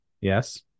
Yes